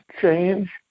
change